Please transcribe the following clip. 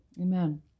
Amen